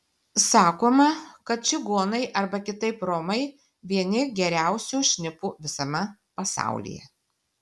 sakoma kad čigonai arba kitaip romai vieni geriausių šnipų visame pasaulyje